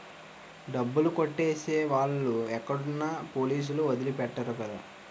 డబ్బులు కొట్టేసే వాళ్ళు ఎక్కడున్నా పోలీసులు వదిలి పెట్టరు కదా